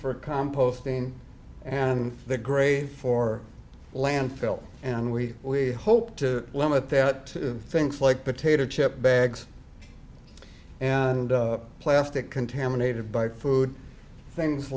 for composting and the grave for landfill and we we hope to limit that to things like potato chip bags and plastic contaminated by food things